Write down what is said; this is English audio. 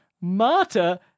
Marta